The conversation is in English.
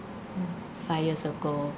five years ago